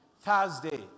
Thursday